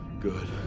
Good